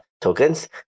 tokens